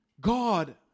God